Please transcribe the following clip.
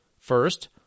First